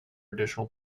additional